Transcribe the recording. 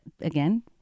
Again